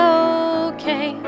okay